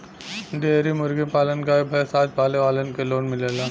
dairy मुर्गी पालन गाय भैस आदि पाले वालन के लोन मिलेला